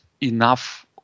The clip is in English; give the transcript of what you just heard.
enough